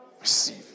receive